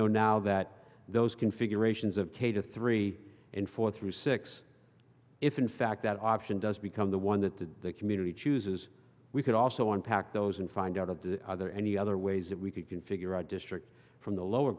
know now that those configurations of k to three and four through six if in fact that option does become the one that the community chooses we could also impact those and find out of the other any other ways that we can figure out districts from the lower